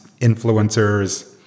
influencers